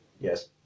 Yes